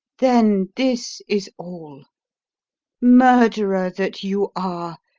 then this is all murderer that you are,